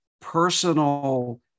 personal